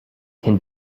can